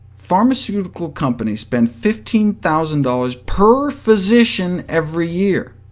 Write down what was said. pharmaceutical companies spend fifteen thousand dollars per physician every year,